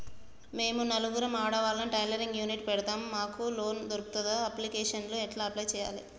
మేము నలుగురం ఆడవాళ్ళం టైలరింగ్ యూనిట్ పెడతం మాకు లోన్ దొర్కుతదా? అప్లికేషన్లను ఎట్ల అప్లయ్ చేయాలే?